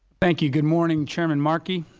thank you. good morning, chairman markey.